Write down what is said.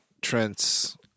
Trent's